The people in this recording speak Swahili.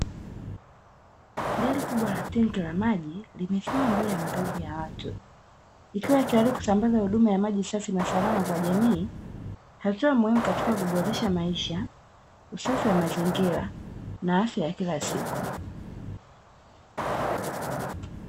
Gari kubwa la tenki la maji limesimama mbele ya makazi ya watu; likiwa tayari kusambaza huduma ya maji safi na salama kwa jamii, hatua muhimu katika kuboresha maisha, usafi wa mazingira a afya ya kila siku.